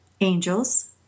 angels